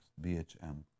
BHM